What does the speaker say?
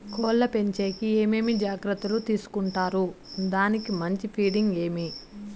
కోళ్ల పెంచేకి ఏమేమి జాగ్రత్తలు తీసుకొంటారు? దానికి మంచి ఫీడింగ్ ఏమి?